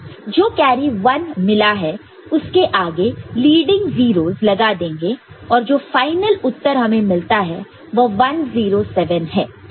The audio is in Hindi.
जो कैरी 1 मिला है उसके आगे लीडिंग 0's लगा देंगे और जो फाइनल उत्तर हमें मिलता है वह 107 है